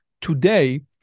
Today